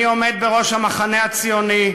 אני עומד בראש המחנה הציוני,